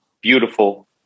beautiful